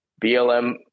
BLM